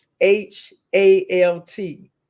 H-A-L-T